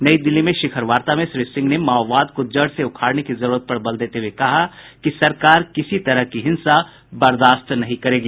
नई दिल्ली में शिखर वार्ता में श्री सिंह ने माओवाद को जड़ से उखाड़ने की जरूरत पर बल देते हुए कहा कि सरकार किसी तरह की हिंसा बर्दाश्त नहीं करेगी